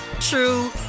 true